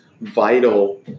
vital